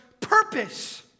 purpose